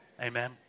Amen